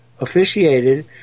officiated